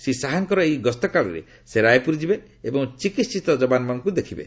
ଶ୍ରୀ ଶାହାଙ୍କର ଏହି ଗସ୍ତ କାଳରେ ସେ ରାୟପୁର ଯିବେ ଏବଂ ଚିକିିିିତ କବାନମାନଙ୍କୁ ଦେଖିବେ